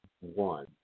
one